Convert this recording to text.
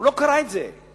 הוא לא קרא את זה.